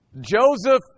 Joseph